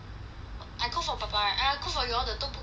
I cook for papa right eh I cook for you all the tteokbokki [one]